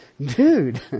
Dude